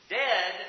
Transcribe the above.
dead